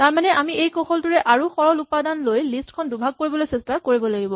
তাৰমানে আমি এই কৌশলটোৰে আৰু সৰল উপাদান লৈ লিষ্ট খন দুভাগ কৰিবলৈ চেষ্টা কৰিব লাগিব